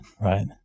right